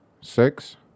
six